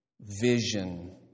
Vision